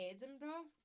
Edinburgh